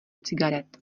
cigaret